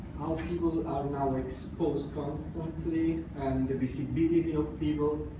how people are now exposed constantly and the visibility of people.